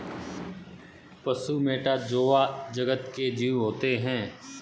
पशु metazoa जगत के जीव होते हैं